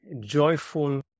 joyful